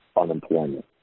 unemployment